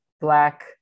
Black